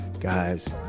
Guys